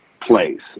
place